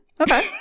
Okay